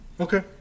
Okay